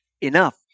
enough